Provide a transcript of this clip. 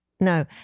No